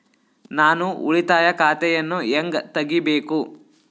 ನಾನು ಉಳಿತಾಯ ಖಾತೆಯನ್ನು ಹೆಂಗ್ ತಗಿಬೇಕು?